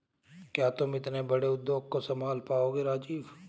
क्या तुम इतने बड़े उद्योग को संभाल पाओगे राजीव?